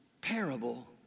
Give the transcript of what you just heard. parable